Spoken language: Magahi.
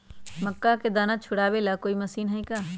मक्का के दाना छुराबे ला कोई मशीन हई का?